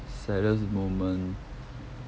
saddest moment